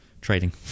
trading